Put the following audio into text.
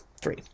three